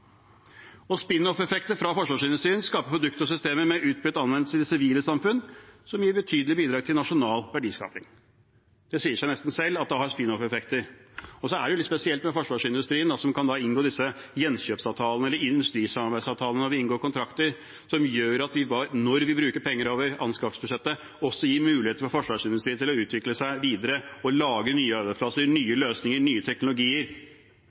forsvarsindustrien skaper produkter og systemer med utbredt anvendelse i det sivile samfunn, noe som gir et betydelig bidrag til nasjonal verdiskaping. Det sier seg nesten selv at det har spin-off-effekter. Så er det litt spesielt med forsvarsindustrien, som kan inngå gjenkjøpsavtaler, eller industrisamarbeidsavtaler, når de inngår kontrakter. Det gjør at når vi bruker penger over anskaffelsesbudsjettet, gir vi også forsvarsindustrien muligheter til å utvikle seg videre og lage nye arbeidsplasser, nye løsninger, nye teknologier.